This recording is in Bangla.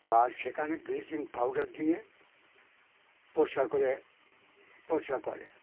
বা সেখানে ব্লিচিং পাউডার দিয়ে পরিষ্কার করে পরিষ্কার করে